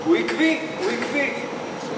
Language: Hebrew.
הוא עקבי, הוא עקבי.